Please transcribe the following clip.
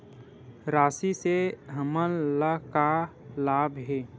राशि से हमन ला का लाभ हे?